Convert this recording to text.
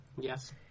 Yes